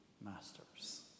masters